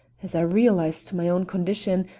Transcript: as i realized my own condition,